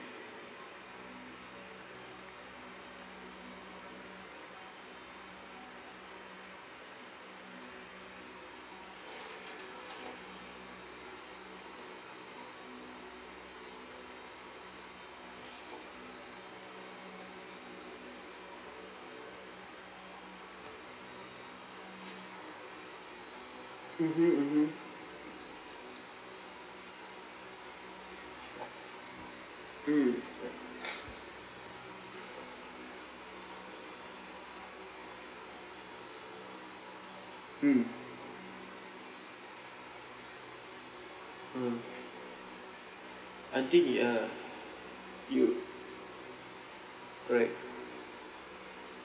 mmhmm mmhmm mm mm mm I think it ya you correct